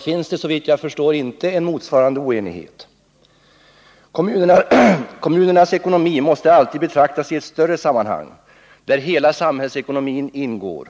finns, såvitt jag förstår, inte en motsvarande oenighet. Kommunernas ekonomi måste alltid betraktas i ett större sammanhang, där hela samhällsekonomin ingår.